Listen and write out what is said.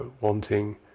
wanting